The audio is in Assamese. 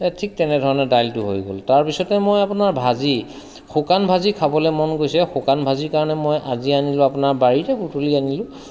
এই ঠিক তেনেধৰণে দাইলটো হৈ গ'ল তাৰপিছতে মই আপোনাৰ ভাজি শুকান ভাজি খাবলৈ মন গৈছে শুকান ভাজিৰ কাৰণে মই আজি আনিলোঁ আপোনাৰ বাৰীতে বুটলি আনিলোঁ